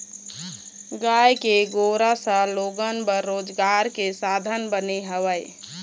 गाय के गोरस ह लोगन बर रोजगार के साधन बने हवय